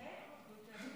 ברשות אדוני